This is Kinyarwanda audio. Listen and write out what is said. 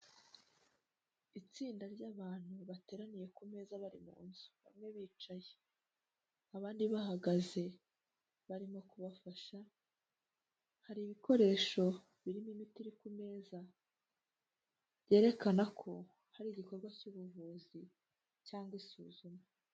Itsinda ry'abantu bateraniye ku meza bari mu nzu bamwe bicaye abandi bahagaze barimo kubafasha, hari ibikoresho birimo imiti iri ku meza byerekana ko hari igikorwa cy'ubuvuzi cyangwa isuzuma.